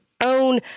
own